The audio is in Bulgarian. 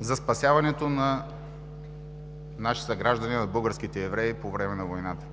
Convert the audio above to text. за спасяването на наши съграждани – на българските евреи по време но войната.